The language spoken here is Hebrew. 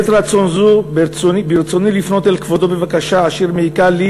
בעת רצון זו ברצוני לפנות אל כבודו בבקשה אשר מעיקה לי